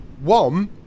One